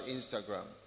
Instagram